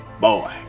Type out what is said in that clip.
Boy